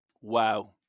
Wow